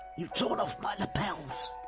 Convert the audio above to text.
you've torn off my lapels!